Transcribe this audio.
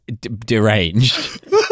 Deranged